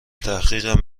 تحقیقم